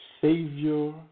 savior